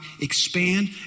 expand